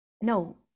No